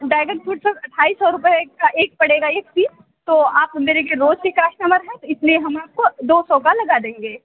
dragon fruit sir अट्ठाईस सौ रुपये का एक पड़ेगा एक पीस तो आप मेरे के रोज़ के कस्टमर है तो इसलिए हम आपको दो सौ का लगा देंगे